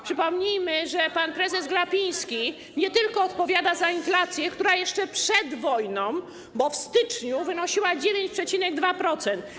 Przypomnijmy, że pan prezes Glapiński nie tylko odpowiada za inflację, która jeszcze przed wojną, bo w styczniu, wynosiła 9,2%.